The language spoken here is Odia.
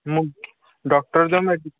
ମୁଁ ଡକ୍ଟର ଯେ ମେଡ଼ିସିନ